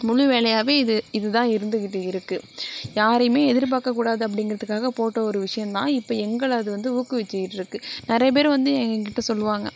முழு வேலையாகவே இது இது தான் இருந்துகிட்டு இருக்கு யாரையும் எதிர்பார்க்கக்கூடாது அப்படிங்கிறதுக்காக போட்ட ஒரு விஷயந்தான் இப்போ எங்களை அது வந்து ஊக்குவித்துக்கிட்ருக்கு நிறைய பேர் வந்து எங்கக்கிட்டே சொல்வாங்க